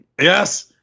Yes